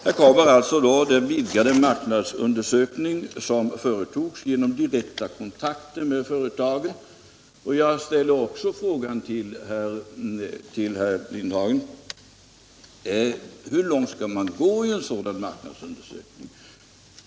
Här kommer alltså in den vidgade marknadsundersökning som företogs genom direktkontakt med företagen, och jag ställer också frågan till herr Lindahl i Hamburgsund: Hur långt skall man gå i sådana marknadsundersökningar?